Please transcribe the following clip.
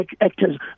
actors